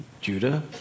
Judah